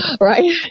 right